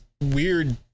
weird